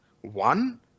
one